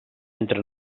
entra